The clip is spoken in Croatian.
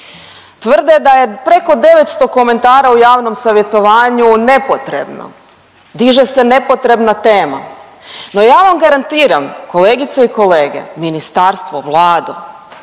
tvrde da je preko 900 komentara u javnom savjetovanju nepotrebno, diže se nepotrebna tema. No ja vam garantiram kolegice i kolege, ministarstvo, Vlado,